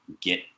get